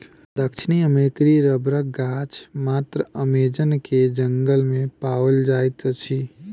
दक्षिण अमेरिकी रबड़क गाछ मात्र अमेज़न के जंगल में पाओल जाइत अछि